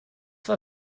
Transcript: war